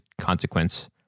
consequence